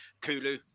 Kulu